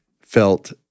felt